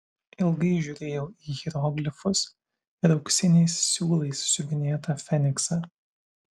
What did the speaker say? ilgai žiūrėjau į hieroglifus ir auksiniais siūlais siuvinėtą feniksą